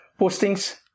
postings